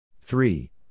Three